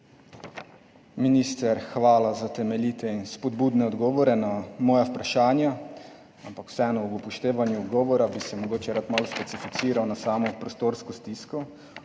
Minister, hvala za temeljite in spodbudne odgovore na moja vprašanja, ampak bi se vseeno ob upoštevanju odgovora mogoče rad malo specificiral na samo prostorsko stisko